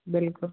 बिल्कुल